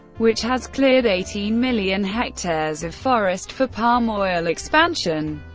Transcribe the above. which has cleared eighteen million hectares of forest for palm oil expansion.